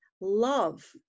love